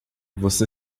você